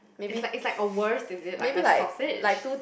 it's like it's like a wurst is it like a sausage